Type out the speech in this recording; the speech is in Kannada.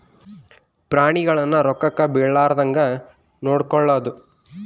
ಪ್ರಾಣಿಗಳನ್ನ ರೋಗಕ್ಕ ಬಿಳಾರ್ದಂಗ ನೊಡಕೊಳದು